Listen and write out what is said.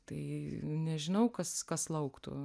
tai nežinau kas kas lauktų